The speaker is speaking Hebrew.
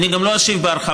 אני גם לא אשיב בהרחבה,